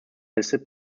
listed